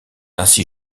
ainsi